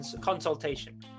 consultation